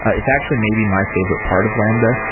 it's actually maybe my favorite part of lambda,